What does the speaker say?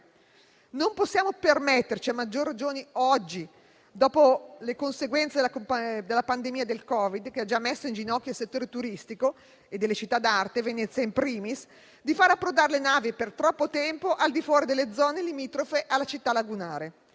nella città lagunare. A maggior ragione oggi, dopo le conseguenze della pandemia da Covid, che ha già messo in ginocchio il settore turistico e delle città d'arte, Venezia *in primis,* non possiamo permetterci di far approdare le navi per troppo tempo al di fuori delle zone limitrofe alla città lagunare.